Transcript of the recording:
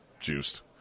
juiced